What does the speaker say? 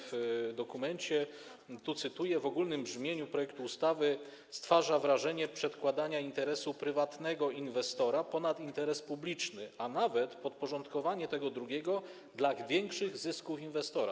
W dokumencie czytamy, tu cytuję: W ogólnym brzmieniu projekt ustawy stwarza wrażenie przedkładania interesu prywatnego inwestora ponad interes publiczny, a nawet podporządkowania tego drugiego dla większych zysków inwestora.